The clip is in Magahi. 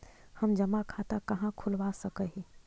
हम जमा खाता कहाँ खुलवा सक ही?